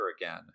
again